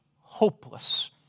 hopeless